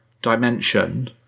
dimension